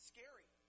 Scary